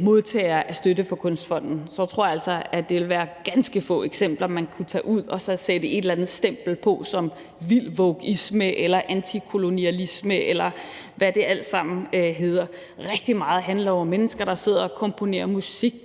modtagere af støtte fra Kunstfonden, ville det være ganske få eksempler, man kunne tage ud og sætte et eller andet stempel på det som værende vild wokeisme eller antikolonialisme, eller hvad det alt sammen hedder. Rigtig meget handler jo om mennesker, der sidder og komponerer musik